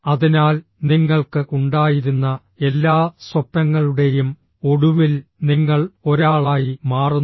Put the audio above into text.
അതിനാൽ നിങ്ങൾക്ക് ഉണ്ടായിരുന്ന എല്ലാ സ്വപ്നങ്ങളുടെയും ഒടുവിൽ നിങ്ങൾ ഒരാളായി മാറുന്നു